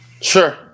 Sure